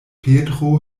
petro